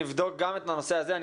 נבדוק גם את הנושא הזה.